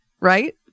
Right